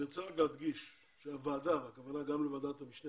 אני אומר לאוצר כל הזמן כשאני בא לבקש תקציבים